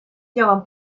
lloguen